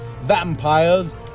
vampires